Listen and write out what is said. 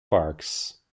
parks